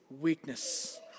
weakness